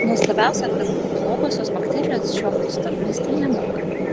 nuostabiausia kad blogosios bakterijos šiuo maistu misti nemoka